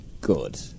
good